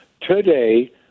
today